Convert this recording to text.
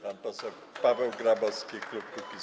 Pan poseł Paweł Grabowski, klub Kukiz’15.